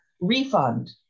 refund